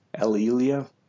Alilia